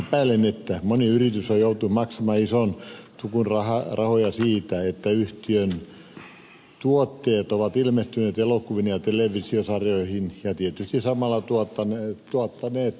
epäilen että moni yritys on joutunut maksamaan ison tukun rahoja siitä että yhtiön tuotteet ovat ilmestyneet elokuviin ja televisiosarjoihin ja tietysti samalla tuottaneet toivottavasti